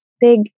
big